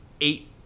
eight